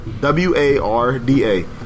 W-A-R-D-A